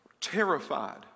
terrified